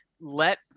let